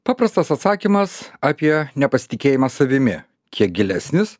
paprastas atsakymas apie nepasitikėjimą savimi kiek gilesnis